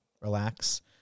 relax